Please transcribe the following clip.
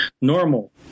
normal